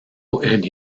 and